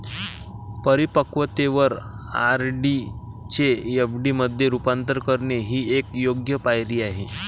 परिपक्वतेवर आर.डी चे एफ.डी मध्ये रूपांतर करणे ही एक योग्य पायरी आहे